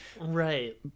Right